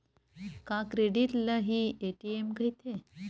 का क्रेडिट ल हि ए.टी.एम कहिथे?